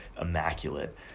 immaculate